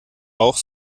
auch